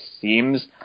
seems